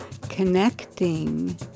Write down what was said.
connecting